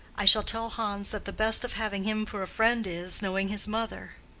i shall tell hans that the best of having him for a friend is, knowing his mother.